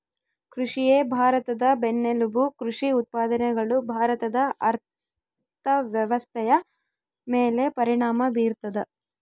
ಕೃಷಿಯೇ ಭಾರತದ ಬೆನ್ನೆಲುಬು ಕೃಷಿ ಉತ್ಪಾದನೆಗಳು ಭಾರತದ ಅರ್ಥವ್ಯವಸ್ಥೆಯ ಮೇಲೆ ಪರಿಣಾಮ ಬೀರ್ತದ